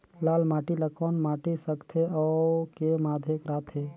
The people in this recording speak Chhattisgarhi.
लाल माटी ला कौन माटी सकथे अउ के माधेक राथे?